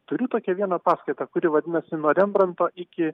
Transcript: turiu tokią vieną paskaitą kuri vadinasi nuo rembranto iki